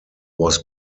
was